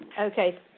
Okay